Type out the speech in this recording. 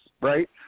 right